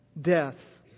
death